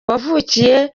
wavukiye